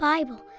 Bible